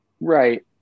right